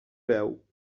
veu